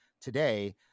today